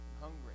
hungry